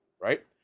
Right